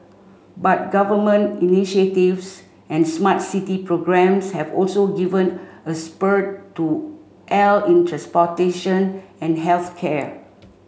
but government initiatives and smart city programs have also given a spurt to AI in transportation and health care